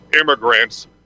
immigrants